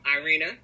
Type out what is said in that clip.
Irina